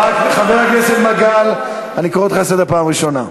חבר הכנסת מגל, אני קורא אותך לסדר בפעם הראשונה.